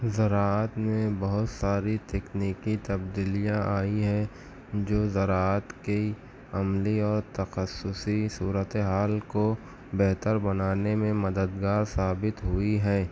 زراعت میں بہت ساری تکنیکی تبدیلیاں آئی ہیں جو زراعت کے عملی اور تخصصی صورت حال کو بہتر بنانے میں مددگار ثابت ہوئی ہیں